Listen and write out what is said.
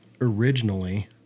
Originally